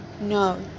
no